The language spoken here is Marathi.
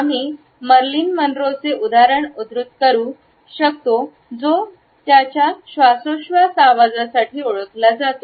आम्ही मर्लिन मनरोचे उदाहरण उद्धृत करू शकतो जो तिच्या श्वासोच्छवास आवाजासाठी ओळखला जातो